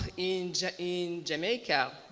in in jamaica,